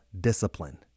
discipline